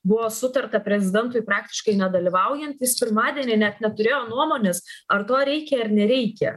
buvo sutarta prezidentui praktiškai nedalyvaujant jis pirmadienį net neturėjo nuomonės ar to reikia ar nereikia